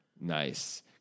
Nice